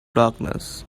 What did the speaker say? darkness